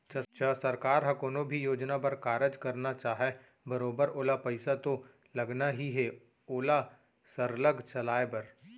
च सरकार ह कोनो भी योजना बर कारज करना चाहय बरोबर ओला पइसा तो लगना ही हे ओला सरलग चलाय बर